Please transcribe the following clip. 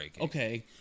Okay